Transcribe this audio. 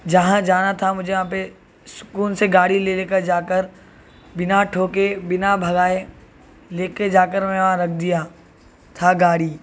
جہاں جانا تھا مجھے وہاں پہ سکون سے گاڑی لے لے کر جا کر بنا ٹھوکے بنا بھگائے لے کے جا کر میں وہاں رکھ دیا تھا گاڑی